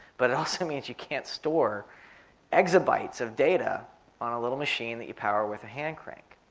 but it also means you can't store exabytes of data on a little machine that you power with a hand crank.